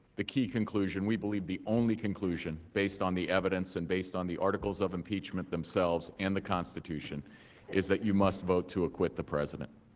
the key conclusion we believe the only conclusion based on the evidence and based on the articles of impeachment themselves in and the constitution is that you must vote to acquit the president.